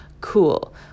cool